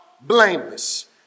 blameless